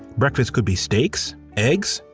breakfast could be steaks, eggs,